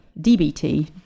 DBT